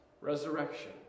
resurrection